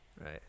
right